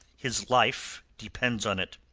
his life depends on it.